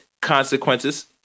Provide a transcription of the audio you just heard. consequences